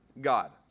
God